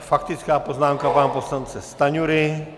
Faktická poznámka pana poslance Stanjury.